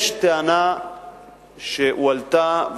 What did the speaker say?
הועלתה טענה,